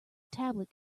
tablet